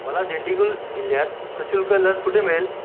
मला दिंडीगुल जिल्ह्यात सशुल्क लस कुठे मिळेल